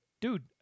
Dude